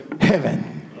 heaven